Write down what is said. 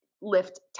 lift